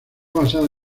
basada